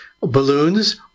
balloons